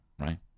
right